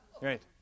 Right